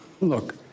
Look